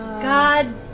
god.